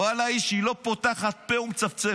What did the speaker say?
ולא אישי, לא פותחת פה ומצפצפת.